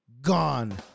gone